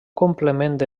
complement